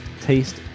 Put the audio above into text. taste